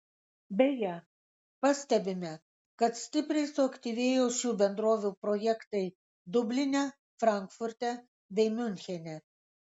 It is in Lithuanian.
beje pastebime kad stipriai suaktyvėjo šių bendrovių projektai dubline frankfurte bei miunchene